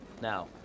Now